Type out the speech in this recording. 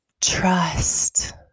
trust